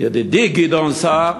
ידידי גדעון סער,